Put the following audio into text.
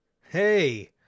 Hey